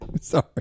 sorry